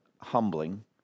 humbling